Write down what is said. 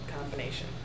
combination